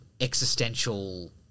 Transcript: existential